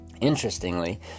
Interestingly